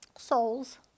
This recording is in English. souls